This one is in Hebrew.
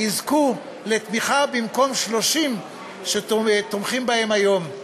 יזכו לתמיכה במקום 30 שתומכים בהם היום.